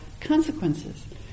consequences